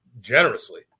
generously